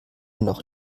noch